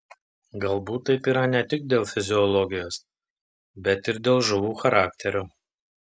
galbūt taip yra ne tik dėl fiziologijos bet ir dėl žuvų charakterio